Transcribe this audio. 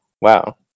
Wow